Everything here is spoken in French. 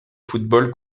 football